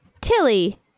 tilly